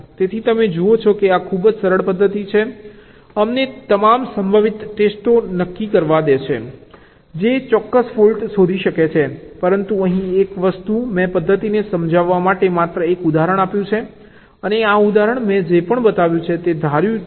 તેથી તમે જુઓ છો કે આ ખૂબ જ સરળ પદ્ધતિ છે જે અમને તમામ સંભવિત ટેસ્ટો નક્કી કરવા દે છે જે ચોક્કસ ફોલ્ટ શોધી શકે છે પરંતુ અહીં એક વસ્તુ મેં પદ્ધતિને સમજાવવા માટે માત્ર એક ઉદાહરણ આપ્યું છે અને આ ઉદાહરણ મેં જે પણ બતાવ્યું છે મેં ધાર્યું છે